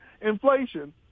inflation